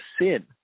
sin